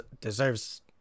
deserves